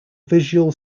visual